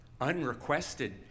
unrequested